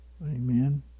Amen